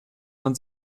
man